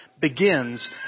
begins